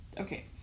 Okay